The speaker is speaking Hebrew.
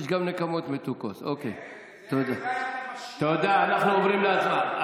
תודה, אנחנו עוברים להצבעה.